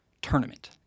tournament